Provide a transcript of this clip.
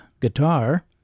guitar